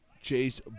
Chase